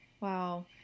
Wow